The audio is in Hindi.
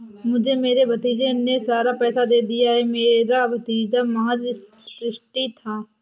मुझे मेरे भतीजे ने सारा पैसा दे दिया, मेरा भतीजा महज़ ट्रस्टी था